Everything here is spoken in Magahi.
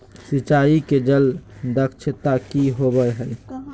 सिंचाई के जल दक्षता कि होवय हैय?